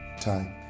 time